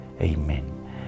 Amen